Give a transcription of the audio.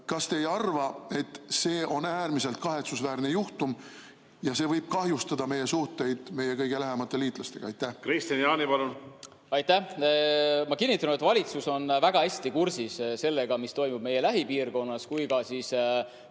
Kas te ei arva, et see on äärmiselt kahetsusväärne juhtum ja võib kahjustada meie suhteid meie kõige lähemate liitlastega? Kristian Jaani, palun! Kristian Jaani, palun! Aitäh! Ma kinnitan, et valitsus on väga hästi kursis sellega, mis toimub nii meie lähipiirkonnas kui ka